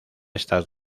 estas